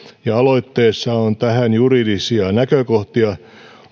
ja aloitteessa on tähän juridisia näkökohtia